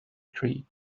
tree